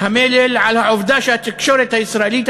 המלל על העובדה שהתקשורת הישראלית,